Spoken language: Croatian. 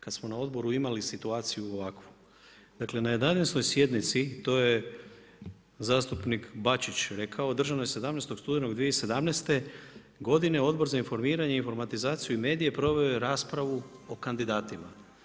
Kada smo na Odboru imali situaciju ovakvu, dakle na 11. sjednici, to je zastupnik Bačić rekao, održanoj 17. studenoga 2017. godine Odbor za informiranje, informatizaciju i medije proveo je raspravu o kandidatima.